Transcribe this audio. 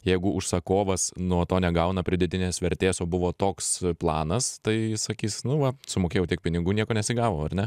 jeigu užsakovas nuo to negauna pridėtinės vertės o buvo toks planas tai jis sakys nu va sumokėjau tiek pinigų nieko nesigavo ar ne